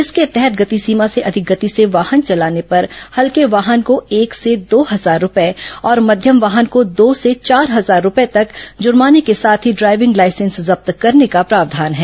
इसके तहत गति सीमा से अधिक गति से वाहन चलाने पर हल्के वाहन को एक से दो हजार रूपये और मध्यम वाहन को दो से चार हजार रूपये तक जुर्माने के साथ ही ड्राइविंग लाइसेंस जब्त करने का प्रावधान है